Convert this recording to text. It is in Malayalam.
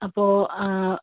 അപ്പോൾ